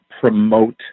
promote